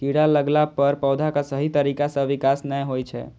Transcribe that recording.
कीड़ा लगला पर पौधाक सही तरीका सं विकास नै होइ छै